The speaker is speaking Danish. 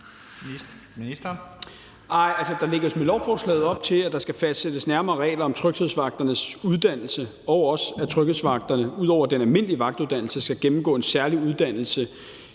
Nej, altså, der lægges med lovforslaget op til, at der skal fastsættes nærmere regler om tryghedsvagternes uddannelse, og også, at tryghedsvagterne ud over den almindelige vagtuddannelse skal gennemgå en særlig uddannelse,